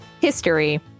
History